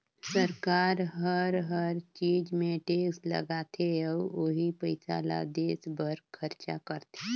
सरकार हर हर चीच मे टेक्स लगाथे अउ ओही पइसा ल देस बर खरचा करथे